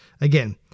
again